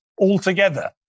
altogether